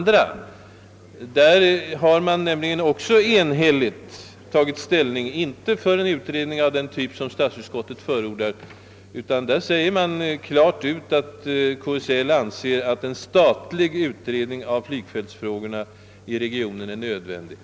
Där har man nämligen enhälligt tagit ställning för inte en utredning som statsutskottet förordar utan en statlig utredning. Man säger klart ut att man anser just en sådan utredning av flygfältsfrågorna i regionen vara nödvändig.